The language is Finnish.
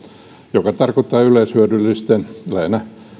joka tarkoittaa yleishyödyllisten lähinnä